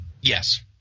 Yes